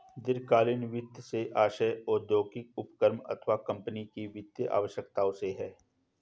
दीर्घकालीन वित्त से आशय औद्योगिक उपक्रम अथवा कम्पनी की वित्तीय आवश्यकताओं से है